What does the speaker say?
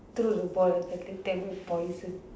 throw the ball at the thing then will poison